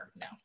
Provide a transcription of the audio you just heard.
no